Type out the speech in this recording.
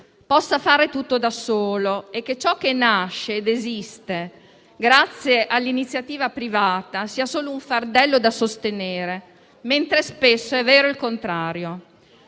possa fare tutto da solo, e che ciò che nasce ed esiste grazie all'iniziativa privata sia solo un fardello da sostenere, mentre spesso è vero il contrario.